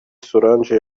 solange